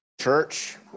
church